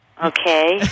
Okay